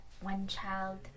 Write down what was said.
one-child